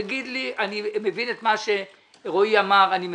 תגיד לי, את מה שרועי אמר אני מבין.